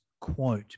quote